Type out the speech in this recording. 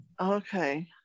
Okay